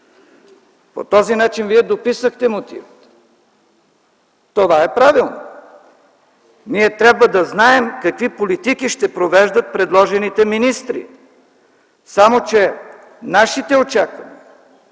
По този начин Вие дописахте мотивите. Това е правилно, ние трябва да знаем какви политики ще провеждат предложените министри. Само че нашите очаквания